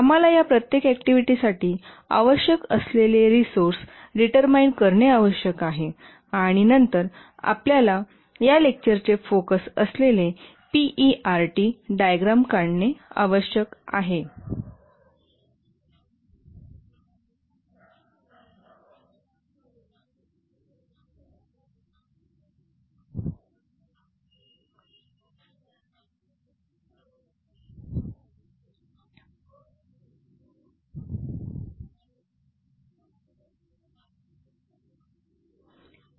आम्हाला या प्रत्येक ऍक्टिव्हिटीसाठी आवश्यक असलेले रिसोर्स डिटरमाईन करणे आवश्यक आहे आणि नंतर आपल्याला या लेक्चरचे फोकस असलेले पीईआरटी डायग्राम काढणे आवश्यक आहे